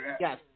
Yes